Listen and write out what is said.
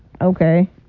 Okay